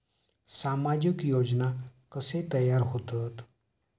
सामाजिक योजना कसे तयार होतत?